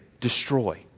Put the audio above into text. destroy